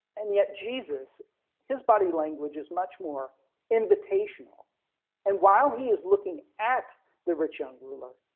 and yet jesus his body language is much more invitational and while he is looking at the rich young ruler.